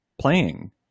playing